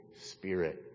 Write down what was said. Spirit